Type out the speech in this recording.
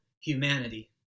humanity